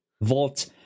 Vault